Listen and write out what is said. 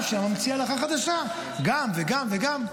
כל שנה ממציא הלכה חדשה, גם וגם וגם.